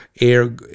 air